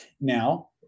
now